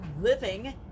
living